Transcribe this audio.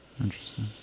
Interesting